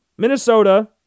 Minnesota